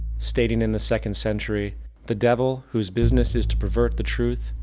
stating in the second century the devil, whose business is to pervert the truth,